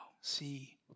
see